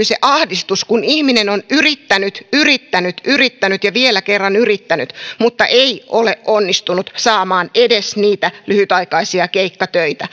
se ahdistus kun ihminen on yrittänyt yrittänyt yrittänyt ja vielä kerran yrittänyt mutta ei ole onnistunut saamaan edes niitä lyhytaikaisia keikkatöitä